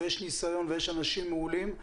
ויש ניסיון ויש אנשים מעולים,